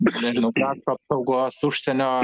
nežinau krašto apsaugos užsienio